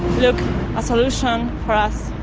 look a solution for us.